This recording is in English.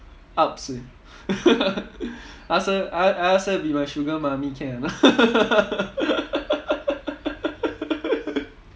ups eh I ask her I I ask her be my sugar mummy can or not